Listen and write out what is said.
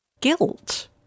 Guilt